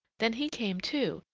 then he came, too,